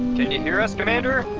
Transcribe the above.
can you hear us commander?